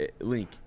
link